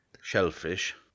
shellfish